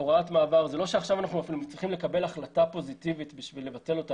זה לא שעכשיו אנחנו מצליחים לקבל החלטה פוזיטיבית כדי לבטל אותה.